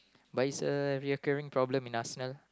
but it's a re occuring problem in Arsenal